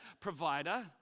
provider